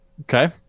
Okay